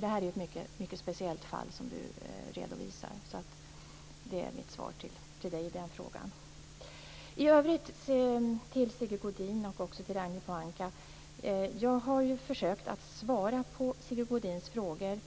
Det här är ett speciellt fall. Det är mitt svar till Carina Hägg. Jag har försökt att svara på Sigge Godins frågor